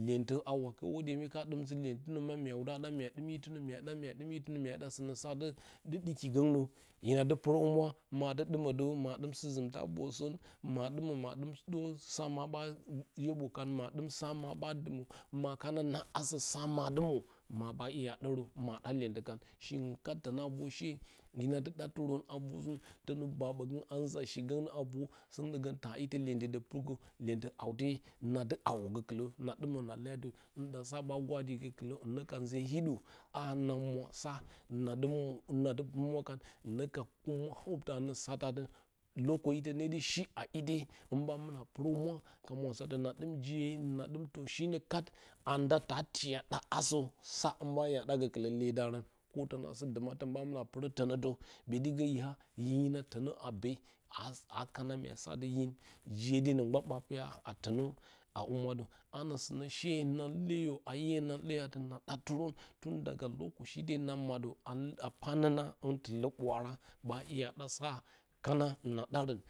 iyentə a wake hwode mye ka dɨn nzɨ iyentɨnə gban mya wuda'a ɗa mya dɨm itinə mya wude ɗa mya dɨm itinə mya da sinə sa dɨ ɗuki gongnə hine da purohumwa ma du dɨmə də mya dɨm sɨzumtə a rorsɨn ma dumə ma dɨm sa ma ba yo yoɓo kah ma dɨm sa ma'ɓa dumuro ma kana na asə sa, ma dɨ mwo, bo ɓa dərə ma ɗa iyentə kan dioung kat tuna ror she hina dɨ ɗatirə tono ba ɓogən a nzashi gongnə a nor taa iti iyentidə purgə iyentɨ haute na dɨ hawə gəkulə na ɗɨmə na liya tɨ hinɗa sa ba gwodi gə kulə hɨno ka nze hidə a na mwasa nadum nadu mwakah hinə ka humura a nə sataati a ite hin ɓo mina purohumuta ka mwasatə na dɨm je na dɨm in shi no kat anda da tiya ɗa asə sa hin ba maya da gole da ron ko tana rana sɨ duma tə ba purə dənətə ɓodigə yo yinə tənə a be. Aa kana myasa tɨ hin jedenə gban ɓa pura dənə a humwadə ana sinə she na leyə a iye na leyədi mon ɗa terə, tundaga lokacin da na madu a pa nona hin tulə bwaara ɓa ya da sa kana na darən.